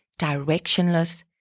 directionless